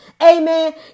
Amen